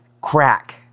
crack